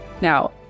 Now